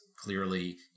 clearly